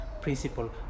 principle